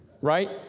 right